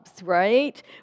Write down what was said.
right